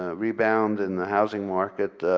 ah rebound in the housing market.